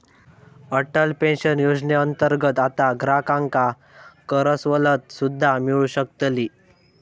Atal pension योजनेअंतर्गत आता ग्राहकांका करसवलत सुद्दा मिळू शकतली